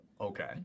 Okay